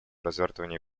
развертывания